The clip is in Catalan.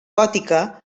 gòtica